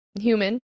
human